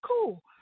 cool